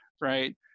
right